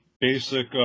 basic